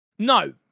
No